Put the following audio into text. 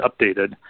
updated